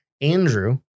Andrew